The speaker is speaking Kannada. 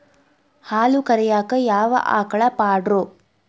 ಹಾಲು ಕರಿಯಾಕ ಯಾವ ಆಕಳ ಪಾಡ್ರೇ?